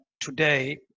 today